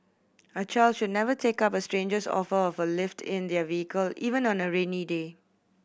a child should never take up a stranger's offer of a lift in their vehicle even on a rainy day